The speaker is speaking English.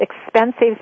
expensive